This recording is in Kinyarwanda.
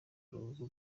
rubuga